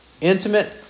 intimate